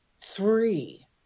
Three